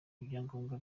ibyangombwa